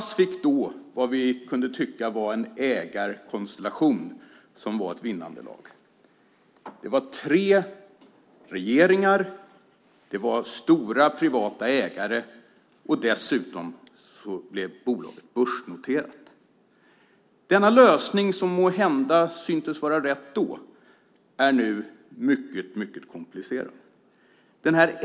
SAS fick då vad vi då kunde tycka en ägarkonstellation som var vinnande. Det var tre regeringar, stora privata ägare, och dessutom blev bolaget börsnoterat. Denna lösning, som måhända syntes vara rätt då, är nu mycket komplicerad.